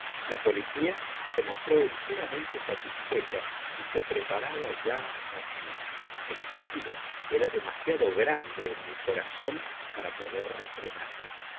la policía se mostró enteramente satisfecha y se preparaba ya a partir el júbilo era demasiado grande en mi corazón para poder refrenarlo